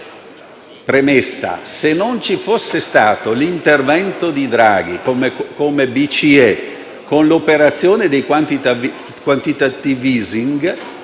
premessa, se non ci fosse stato l'intervento di Draghi e della BCE con l'operazione del *quantitative easing*,